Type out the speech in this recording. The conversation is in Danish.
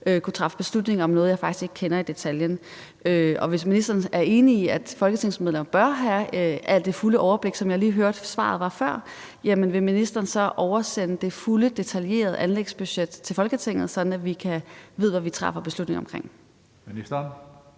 kunne træffe beslutning om noget, jeg faktisk ikke kender i detaljen. Hvis ministeren er enig i, at folketingsmedlemmer bør have det fulde overblik, som jeg lige hørte svaret var før, vil ministeren så oversende det fulde, detaljerede anlægsbudget til Folketinget, sådan at vi ved, hvad vi træffer beslutning om? Kl. 14:51 Tredje